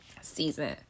season